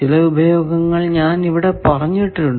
ചില ഉപയോഗങ്ങൾ ഞാൻ ഇവിടെ പറഞ്ഞിട്ടുണ്ട്